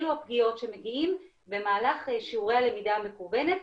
אלה הפגיעות שמגיעות במהלך שיעורי הלמידה המקוונת,